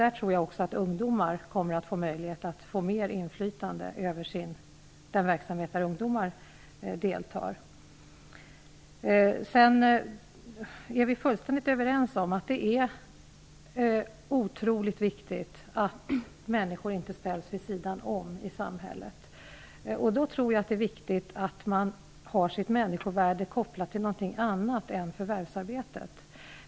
Jag tror också att ungdomar på det här sättet kommer att få möjlighet till ett större inflytande över den verksamhet som de deltar i. Vi är fullständigt överens om att det är otroligt viktigt att människor inte ställs vid sidan av samhället. Jag tror då att det är viktigt att man har sitt människovärde kopplat till någonting annat än förvärvsarbetet.